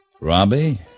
Robbie